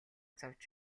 зовж